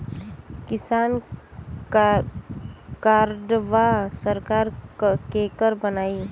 किसान कार्डवा सरकार केकर बनाई?